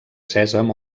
sèsam